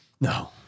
No